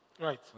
Right